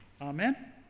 Amen